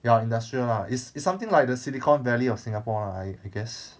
ya industrial ah it's it's something like the silicon valley of singapore lah I I guess